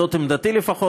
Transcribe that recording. זאת עמדתי לפחות.